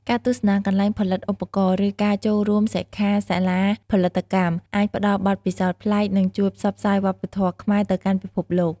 ការទស្សនាកន្លែងផលិតឧបករណ៍ ឬការចូលរួមសិក្ខាសាលាផលិតកម្ម អាចផ្តល់បទពិសោធន៍ប្លែក និងជួយផ្សព្វផ្សាយវប្បធម៌ខ្មែរទៅកាន់ពិភពលោក។